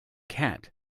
cat